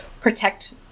protect